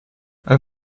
how